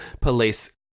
police